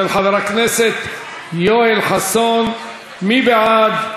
של חבר הכנסת יואל חסון, מי בעד?